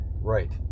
Right